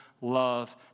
love